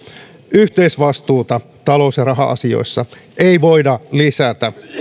yhteisvastuuta talous ja raha asioissa ei voida lisätä